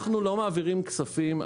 אנחנו לא מעבירים כספים,